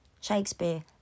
Shakespeare